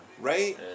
right